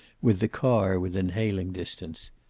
with the car within hailing distance.